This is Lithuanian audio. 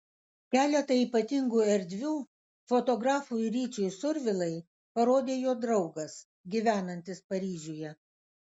keletą ypatingų erdvių fotografui ryčiui survilai parodė jo draugas gyvenantis paryžiuje